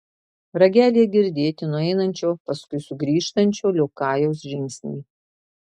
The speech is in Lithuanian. ragelyje girdėti nueinančio paskui sugrįžtančio liokajaus žingsniai